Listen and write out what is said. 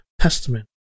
Testament